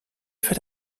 für